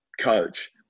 coach